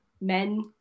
men